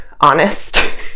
honest